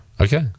okay